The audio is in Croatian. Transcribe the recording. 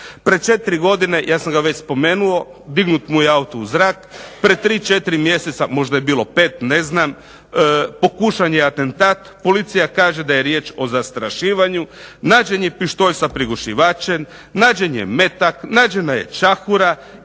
Pred četiri godine, ja sam ga već spomenuo, dignut mu je auto u zrak. Pred tri, četiri mjeseca, možda je bilo pet ne znam, pokušat je atentat. Policija kaže da je riječ o zastrašivanju. Nađen je pištolj sa prigušivačem, nađen je metak, nađena je čahura.